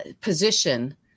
position